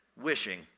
wishing